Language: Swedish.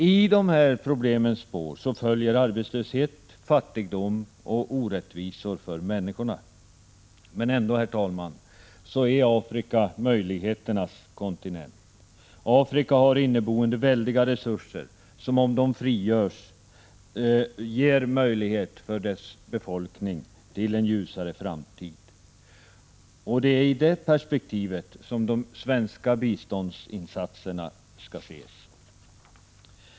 I problemens spår följer arbetslöshet, fattigdom och orättvisor för människorna. Men ändå, herr talman, är Afrika möjligheternas kontinent. Afrika har väldiga inneboende resurser som om de frigörs ger möjlighet till en ljusare framtid för dess befolkning. Det är i detta perspektiv som de svenska biståndsinsatserna skall ses.